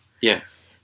Yes